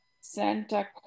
santa